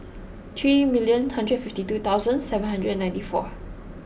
three million hundred fifty two thousand seven hundred and ninety four